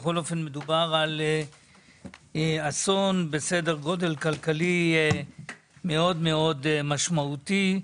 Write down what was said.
כי בכל אופן מדובר על אסון בסדר גודל כלכלי מאוד-מאוד משמעותי.